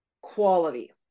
quality